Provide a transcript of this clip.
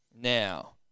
Now